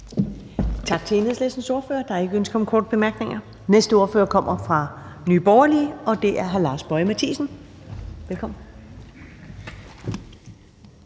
Tak til Enhedslistens ordfører. Der er ikke ønske om korte bemærkninger. Den næste ordfører kommer fra Nye Borgerlige, og det er hr. Lars Boje Mathiesen. Velkommen.